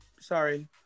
Sorry